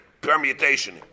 permutation